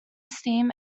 stem